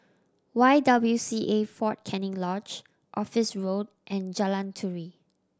Y W C A Fort Canning Lodge Office Road and Jalan Turi